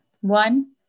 one